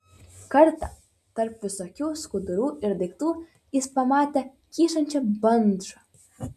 kartą tarp visokių skudurų ir daiktų jis pamatė kyšančią bandžą